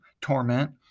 torment